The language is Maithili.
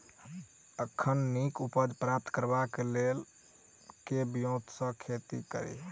एखन नीक उपज प्राप्त करबाक लेल केँ ब्योंत सऽ खेती कड़ी?